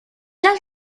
las